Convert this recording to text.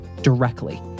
directly